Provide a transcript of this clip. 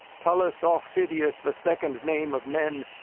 tullus aufidius, the second name of men,